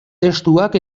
testuak